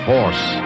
Force